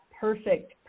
perfect